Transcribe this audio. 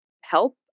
help